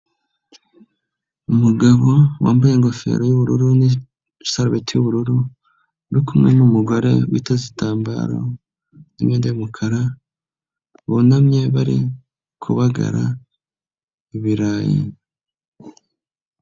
Umugabo wambaye ingofero y'ubururu n'isarubeti y'ubururu, ari kumwe n'umugore witeze igitambaro, imwenda y'umukara, bunamye bari, kubagara, ibirayi.